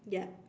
ya